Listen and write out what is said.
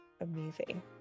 amazing